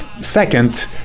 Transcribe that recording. second